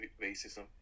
racism